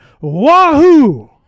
wahoo